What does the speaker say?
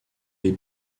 des